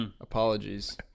Apologies